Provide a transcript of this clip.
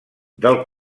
del